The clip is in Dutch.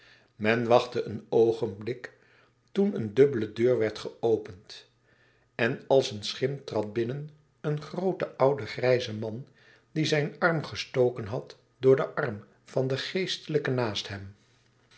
men wachtte een oogenblik toen een dubbele deur werd geopend en als een schim trad binnen een groote oude grijze man die zijn arm gestoken had door den arm van den geestelijke naast hem